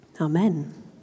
amen